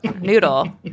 Noodle